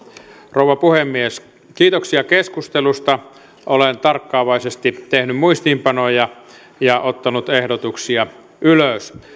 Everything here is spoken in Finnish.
rouva puhemies kiitoksia keskustelusta olen tarkkaavaisesti tehnyt muistiinpanoja ja ottanut ehdotuksia ylös